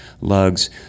lugs